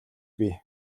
бий